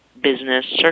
business